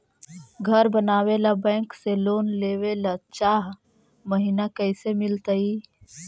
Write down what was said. घर बनावे ल बैंक से लोन लेवे ल चाह महिना कैसे मिलतई?